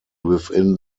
within